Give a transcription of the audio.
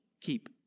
keep